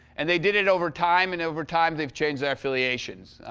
and they did it over time, and over time, they've changed their affiliations.